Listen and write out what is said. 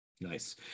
Nice